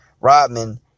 Rodman